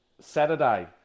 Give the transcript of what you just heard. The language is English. saturday